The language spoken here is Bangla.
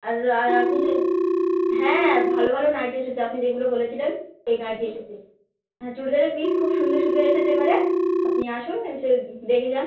আর রা আর আপনি যে হ্যাঁ ভালো ভালো নাইটি এসেছে আপনি যেগুলো বলেছিলেন সেই নাইটি এসেচে হ্যাঁ চুড়িদারের পিচ খুব সুন্দর সুন্দর এসেছে এবারে আপনি আসুন এসে দেখে যান